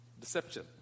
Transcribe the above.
deception